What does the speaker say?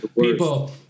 people